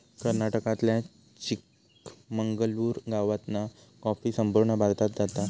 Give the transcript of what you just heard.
कर्नाटकातल्या चिकमंगलूर गावातना कॉफी संपूर्ण भारतात जाता